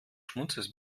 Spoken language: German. schmutzes